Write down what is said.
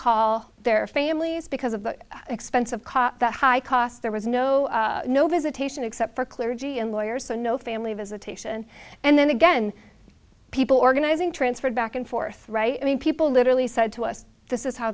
call their families because of the expense of cop the high cost there was no no visitation except for clergy and lawyers so no family visitation and then again people organizing transferred back and forth right i mean people literally said to us this is how